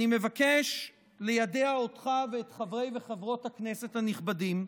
אני מבקש ליידע אותך ואת חברי וחברות הכנסת הנכבדים,